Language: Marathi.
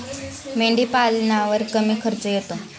मेंढीपालनावर कमी खर्च येतो